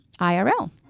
IRL